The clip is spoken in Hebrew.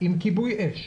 עם כיבוי אש.